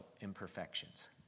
imperfections